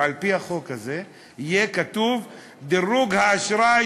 על-פי החוק הזה יהיה כתוב: דירוג האשראי